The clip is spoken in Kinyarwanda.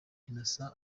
innocent